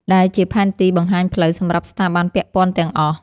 ដែលជាផែនទីបង្ហាញផ្លូវសម្រាប់ស្ថាប័នពាក់ព័ន្ធទាំងអស់។